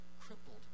crippled